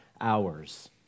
hours